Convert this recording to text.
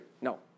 No